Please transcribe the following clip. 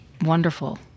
wonderful